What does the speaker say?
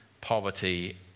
poverty